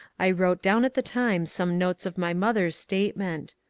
i wrote down at the time some notes of my mother's statement.